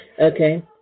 Okay